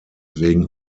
wegen